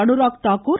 Anurag Thakur